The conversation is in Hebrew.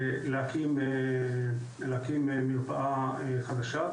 נשמח להקים מרפאה חדשה,